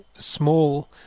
small